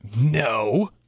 No